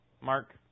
Mark